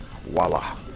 voila